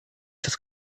das